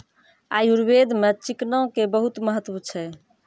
आयुर्वेद मॅ चिकना के बहुत महत्व छै